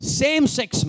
same-sex